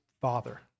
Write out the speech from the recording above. father